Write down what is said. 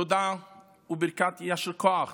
תודה וברכת יישר כוח